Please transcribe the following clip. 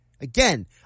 Again